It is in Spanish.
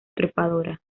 trepadora